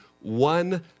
one